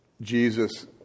Jesus